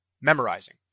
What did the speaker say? memorizing